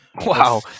wow